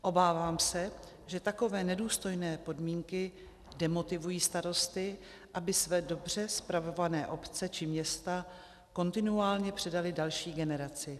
Obávám se, že takové nedůstojné podmínky demotivují starosty, aby své dobře spravované obce či města kontinuálně předali další generaci.